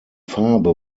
farbe